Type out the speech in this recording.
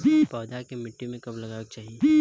पौधा के मिट्टी में कब लगावे के चाहि?